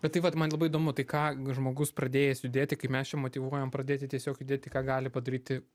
bet tai vat man labai įdomu tai ką žmogus pradėjęs judėti kaip mes čia motyvuojam pradėti tiesiog judėti ką gali padaryti